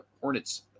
Hornets